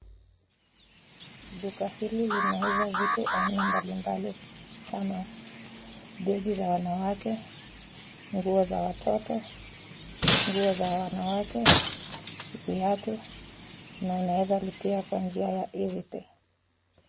Duka hili linauza vitu aina mbalimbali kama begi za wanawake, nguo za watoto, nguo za wanawake, viatu na unaweza lipia kwa njia ya easy pay .